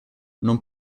non